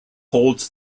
holds